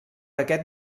aquest